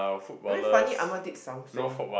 very funny Ahmad did something